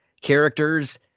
characters